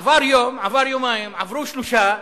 עבר יום, עברו יומיים, עברו שלושה,